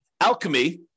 alchemy